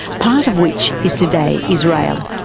part of which is today israel.